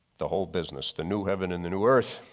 the whole business the new heaven and the new earth.